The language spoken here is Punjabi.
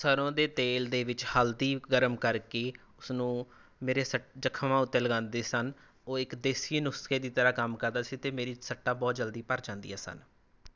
ਸਰੋਂ ਦੇ ਤੇਲ ਦੇ ਵਿੱਚ ਹਲਦੀ ਗਰਮ ਕਰਕੇ ਉਸਨੂੰ ਮੇਰੇ ਸਟ ਜਖਮਾਂ ਉੱਤੇ ਲਗਾਉਂਦੇ ਸਨ ਉਹ ਇੱਕ ਦੇਸੀ ਨੁਸਖੇ ਦੀ ਤਰ੍ਹਾਂ ਕੰਮ ਕਰਦਾ ਸੀ ਅਤੇ ਮੇਰੀ ਸੱਟਾਂ ਬਹੁਤ ਜਲਦੀ ਭਰ ਜਾਂਦੀਆਂ ਸਨ